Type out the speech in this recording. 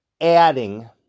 adding